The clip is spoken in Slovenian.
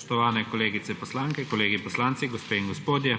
Spoštovane kolegice poslanke, kolegi poslanci, gospe in gospodje!